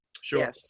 Sure